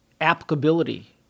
applicability